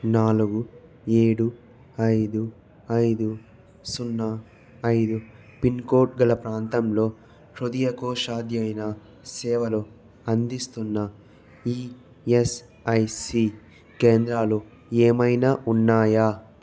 నాలుగు ఏడు ఐదు ఐదు సున్నా ఐదు పిన్కోడ్ గల ప్రాంతంలో హృదయకోశాధ్యయన సేవలు అందిస్తున్న ఈఎస్ఐసి కేంద్రాలు ఏమైనా ఉన్నాయా